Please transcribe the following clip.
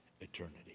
eternity